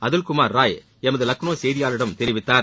அதுல்குமார் ராய் எமது லக்னோ செய்தியாளரிடம் தெரிவித்தார்